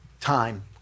time